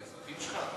כאזרחים שלך?